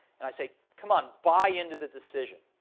and i say, come on, buy into the decision.